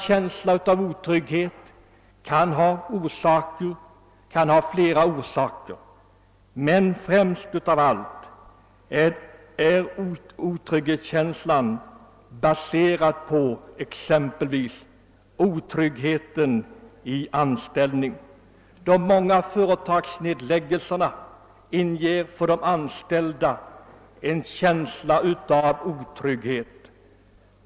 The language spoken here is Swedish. Orsakerna kan vara flera, men otrygghetskänslan är bl.a. baserad på otrygghet i anställningen. De många företagsnedläggningarna inger de anställda en känsla av otrygghet.